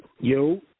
Yo